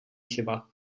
chyba